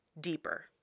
deeper